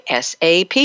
SAP